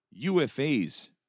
UFAs